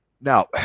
Now